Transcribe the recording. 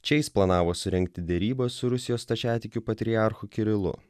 čia jis planavo surengti derybas su rusijos stačiatikių patriarchu kirilu